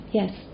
yes